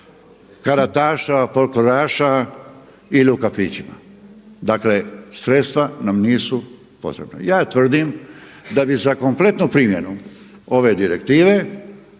karataša, folkloraša ili u kafićima. Dakle, sredstva nam nisu potrebna. Ja tvrdim da bi za kompletnu primjenu ove direktive